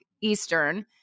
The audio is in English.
Eastern